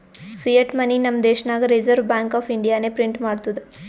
fiat money ನಮ್ ದೇಶನಾಗ್ reserve bank of ಇಂಡಿಯಾನೆ ಪ್ರಿಂಟ್ ಮಾಡ್ತುದ್